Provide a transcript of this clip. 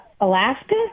Alaska